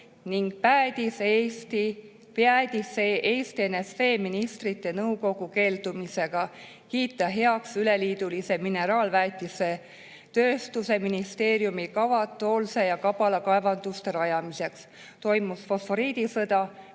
See päädis Eesti NSV Ministrite Nõukogu keeldumisega kiita heaks üleliidulise mineraalväetisetööstuse ministeeriumi kava Toolse ja Kabala kaevanduse rajamiseks. Toimus fosforiidisõda,